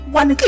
one